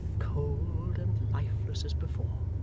cold, and lifeless as before.